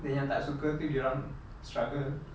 then yang tak suka itu dia orang struggle